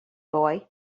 boy